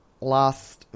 Last